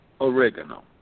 oregano